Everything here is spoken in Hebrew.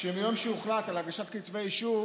מיום שהוחלט על הגשת כתבי אישום